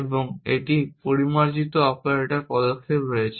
এবং একটি পরিমার্জন অপারেটর পদক্ষেপ আছে